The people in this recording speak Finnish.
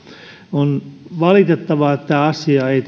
on valitettavaa että tämä asia ei